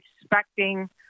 expecting